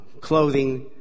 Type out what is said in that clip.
clothing